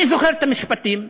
אני זוכר את המשפטים.